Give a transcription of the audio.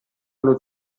allo